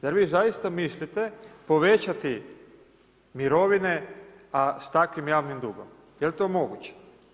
Jer vi zaista mislite povećati mirovine a s takvim javnim dugom, jel to moguće?